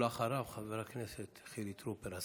אחריו, חבר הכנסת חילי טרופר.